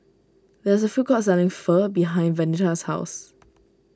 there is a food court selling Pho behind Venita's house